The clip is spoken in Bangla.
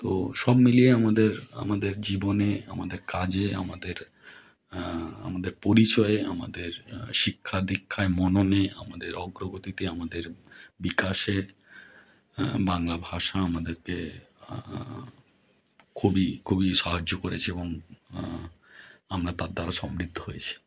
তো সব মিলিয়ে আমাদের আমাদের জীবনে আমাদের কাজে আমাদের আমাদের পরিচয়ে আমাদের শিক্ষা দীক্ষায় মননে আমাদের অগ্রগতিতে আমাদের বিকাশে বাংলা ভাষা আমাদেরকে খুবই খুবই সাহায্য করেছে এবং আমরা তার দ্বারা সমৃদ্ধ হয়েছি